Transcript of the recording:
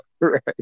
Right